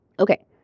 Okay